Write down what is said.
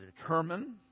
determine